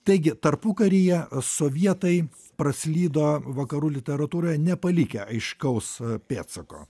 taigi tarpukaryje sovietai praslydo vakarų literatūroje nepalikę aiškaus pėdsako